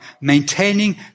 maintaining